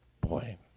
Boy